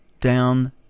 down